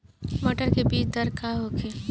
मटर के बीज दर का होखे?